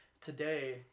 Today